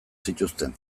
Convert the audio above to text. zituzten